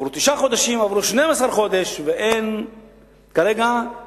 ואז ניתנה הבטחה שתוך שלושה חודשים יקימו ועדה שתבוא עם